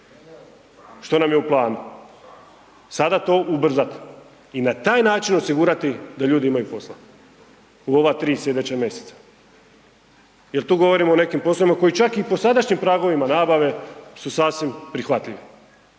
što nam je u planu, sada to ubrzat i na taj način osigurati da ljudi imaju posla u ova 3 sljedeća mjeseca. Jel tu govorimo o nekim poslovima koji čak i po sadašnjim pragovima nabave su sasvim prihvatljivi.